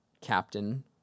captain